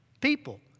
people